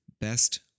best